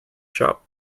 shop